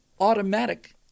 Automatic